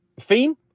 theme